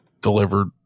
delivered